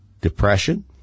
Depression